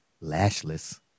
lashless